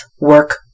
work